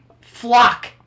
flock